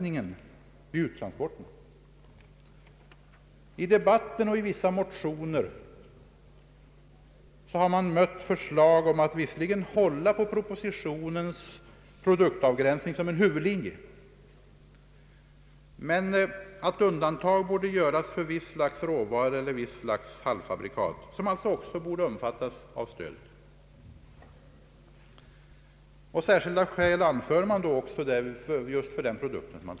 I den debatt som här har förts och i vissa motioner har vi mött förslag om att visserligen hålla på propositionens produktavgränsning som en huvudlinje men att undanta visst slags råvara eller visst slags halvfabrikat, som alltså också borde omfattas av stödet. Särskilda skäl anförs därvid för just den produkten.